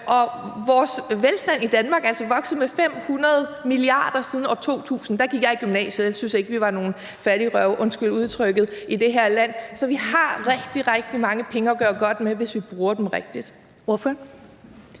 Vores velstand i Danmark er altså vokset med 500 mia. kr. siden år 2000. Der gik jeg i gymnasiet, og jeg syntes ikke, at vi var nogle fattigrøve – undskyld udtrykket – i det her land. Så vi har rigtig, rigtig mange penge at gøre godt med, hvis vi bruger dem rigtigt.